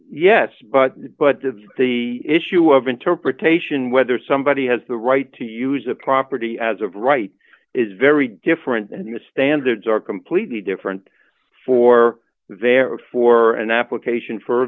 yes but but of the issue of interpretation whether somebody has the right to use a property as of right is very different and the standards are completely different for there for an application for